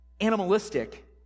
animalistic